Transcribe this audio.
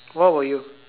what were you